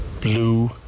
blue